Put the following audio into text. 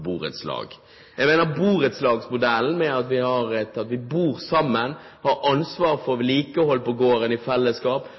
borettslag. Jeg mener borettslagsmodellen – det at man bor sammen, har ansvaret for